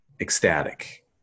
ecstatic